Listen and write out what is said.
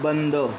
बंद